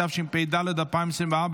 התשפ"ד 2024,